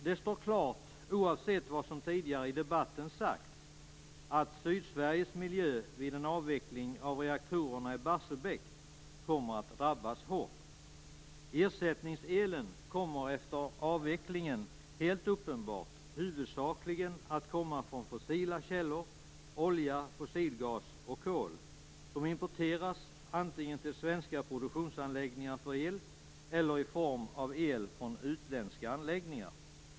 Det står klart, oavsett vad som sagts tidigare i debatten, att Sydsveriges miljö vid en avveckling av reaktorerna i Barsebäck kommer att drabbas hårt. Ersättningselen kommer efter avvecklingen helt uppenbart att huvudsakligen komma från fossila källor, olja, fossilgas och kol, som importeras antingen till svenska produktionsanläggningar för el eller i form av el från utländska anläggningar.